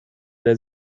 der